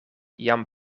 jam